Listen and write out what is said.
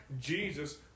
Jesus